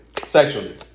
Sexually